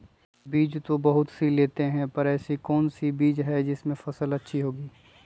बीज तो बहुत सी लेते हैं पर ऐसी कौन सी बिज जिससे फसल अच्छी होगी?